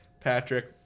Patrick